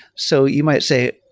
so you might say,